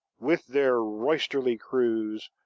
with their roisterly crews,